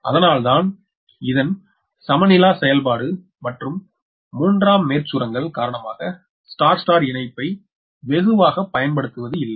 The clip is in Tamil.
அதனால் இதன் சமனிலா செயல்பாடு மற்றும் மூன்றாம் மேற்சுரங்கள் காரணமாக ஸ்டார் ஸ்டார் இணைப்பை பயன்படுத்துவதில்லை